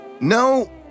No